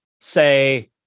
say